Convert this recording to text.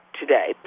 today